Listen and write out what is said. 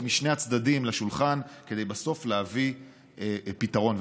משני הצדדים לשולחן כדי להביא פתרון בסוף.